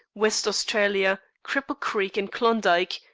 west australia, cripple creek, and klondike,